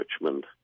Richmond